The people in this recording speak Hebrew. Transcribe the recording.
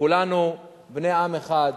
כולנו בני עם אחד,